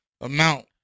amount